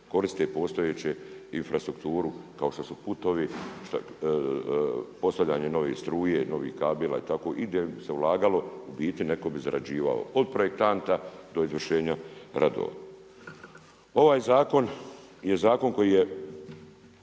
koriste postojeće infrastrukturu kao što su putovi, postavljanje nove struje, novih kabela i tako i da bi se ulagalo, u biti netko bi zarađivao, od projektanta do izvršenja radova. Ovaj zakon je zakon koji je